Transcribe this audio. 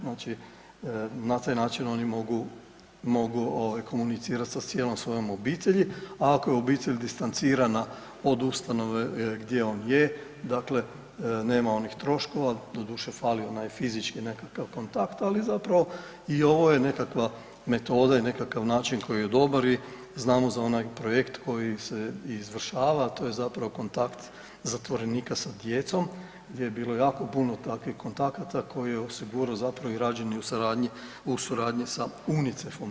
Znači na taj način oni mogu komunicirati sa cijelom svojom obitelji, a ako je distancirana od ustanove gdje on je dakle, nema onih troškova doduše fali onaj fizički nekakav kontakt ali zapravo i ovo je nekakva metoda i nekakav način koji je dobar i znamo za onaj projekt koji se i izvršava, a to je zapravo kontakt zatvorenika sa djecom gdje je bilo jako puno takvih kontakata koji je osigurao zapravo i rađen je u suradnji sa UNICEF-om.